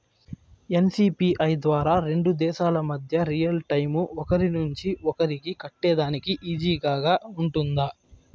NCPI ద్వారా రెండు దేశాల మధ్య రియల్ టైము ఒకరి నుంచి ఒకరికి కట్టేదానికి ఈజీగా గా ఉంటుందా?